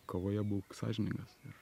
kovoje būk sąžiningas ir